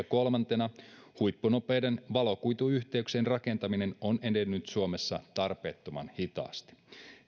kolmantena huippunopeiden valokuituyhteyksien rakentaminen on edennyt suomessa tarpeettoman hitaasti